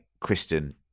kristen